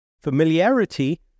Familiarity